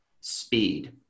speed